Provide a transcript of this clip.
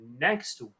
next